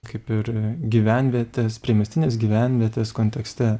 kaip ir gyvenvietės priemiestinės gyvenvietės kontekste